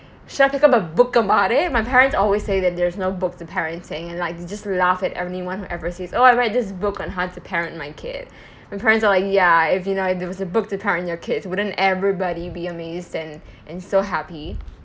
should I pick up a book about it my parents always say that there's no books to parenting and like they just laugh at anyone who ever says oh I read this book on how to parent my kid my parents are like ya if you know there was a book to parent your kids wouldn't everybody be amazed and and so happy